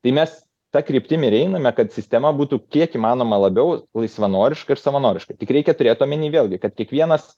tai mes ta kryptim ir einame kad sistema būtų kiek įmanoma labiau laisvanoriška ir savanoriška tik reikia turėt omeny vėlgi kad kiekvienas